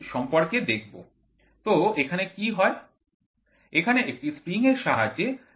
তো এখানে কি হয় এখানে একটি স্প্রিং এর সাহায্যে চাপ প্রয়োগ করা হয়